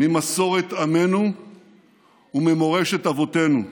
ממסורת עמנו וממורשת אבותינו.